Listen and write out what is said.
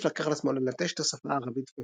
נאסיף לקח על עצמו ללטש את השפה הערבית